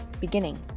beginning